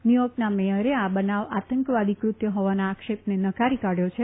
ન્યુયોર્કના મેયરે આ બનાવ આતંકવાદી કૃત્ય હોવાના આક્ષેપને નકારી કાઢ્યો છે